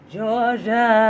Georgia